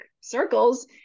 circles